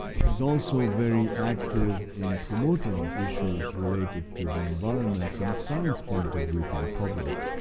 he's also very active in promoting issues related to the environment, from a science point of view, to the public.